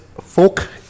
folk